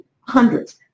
hundreds